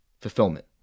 fulfillment